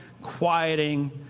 quieting